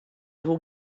hoe